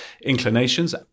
inclinations